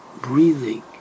breathing